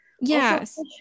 yes